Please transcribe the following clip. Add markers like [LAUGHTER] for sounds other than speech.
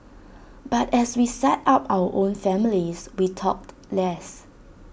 [NOISE] but as we set up our own families we talked less